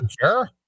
Sure